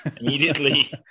Immediately